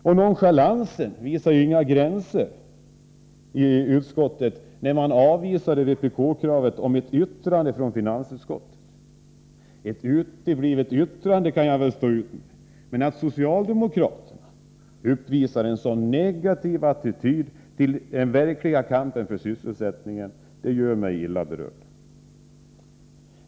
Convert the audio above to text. Utskottets nonchalans visar inga gränser, när det avvisar vpk-kraven om ett yttrande från finansutskottet. Ett uteblivet yttrande kan jag väl stå ut med, men att socialdemokraterna uppvisar en så negativ attityd till den verkliga kampen för sysselsättning gör mig illa berörd.